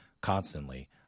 constantly